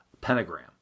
pentagram